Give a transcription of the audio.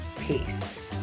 Peace